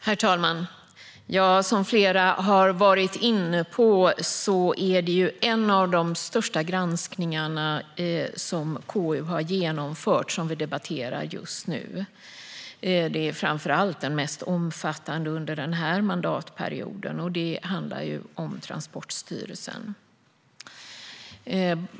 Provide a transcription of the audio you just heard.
Herr talman! Som flera har varit inne på är det en av de största granskningar som KU har genomfört som vi debatterar just nu. Det är framför allt den mest omfattande under denna mandatperiod. Det handlar om Transportsstyrelsen.